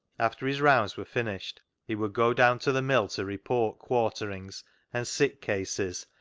after his rounds were finished, he would go down to the mill to report quarterings and sick cases,